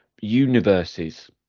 universes